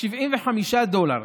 75 דולר.